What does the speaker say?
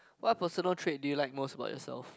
what personal trait do you like most about yourself